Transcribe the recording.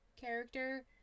character